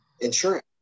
insurance